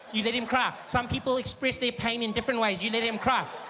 you let him cry, some people express their pain in different ways you let him cry!